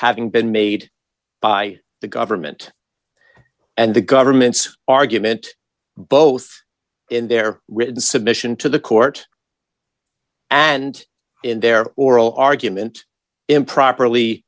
having been made by the government and the government's argument both in their written submission to the court and in their oral argument improperly